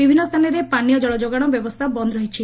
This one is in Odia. ବିଭିନ୍ନ ସ୍ସାନରେ ପାନୀୟ ଜଳ ଯୋଗାଣ ବ୍ୟବସ୍ଷା ବନ୍ନ ରହିଛି